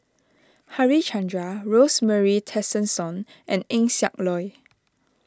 Harichandra Rosemary Tessensohn and Eng Siak Loy